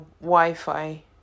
Wi-Fi